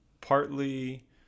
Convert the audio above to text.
partly